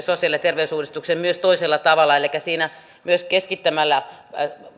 sosiaali ja terveysuudistuksen myös toisella tavalla elikkä siinä keskittämällä myös